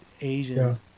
asian